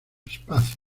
espacios